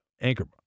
Anchor